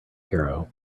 hero